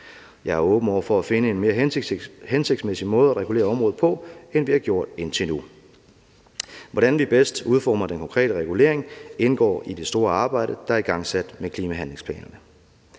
Jeg er åben over for at finde en mere hensigtsmæssig måde at regulere området på, end vi har gjort indtil nu. Hvordan vi bedst udformer den konkrete regulering, indgår i det store arbejde, der er igangsat med klimahandlingsplanerne.